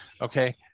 Okay